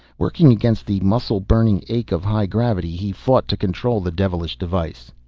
working against the muscle-burning ache of high gravity, he fought to control the devilish device.